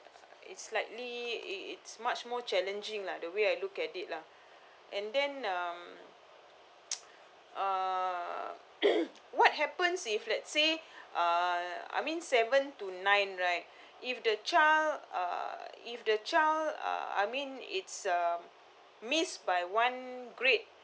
it's likely it's much more challenging lah the way I look at it lah and then um uh what happens if let's say uh I mean seven to nine right if the child uh if the child uh I mean it's um missed by one grade